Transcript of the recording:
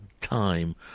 time